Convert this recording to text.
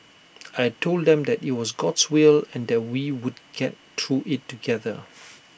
I Told them that IT was God's will and that we would get through IT together